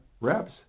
reps